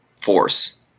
force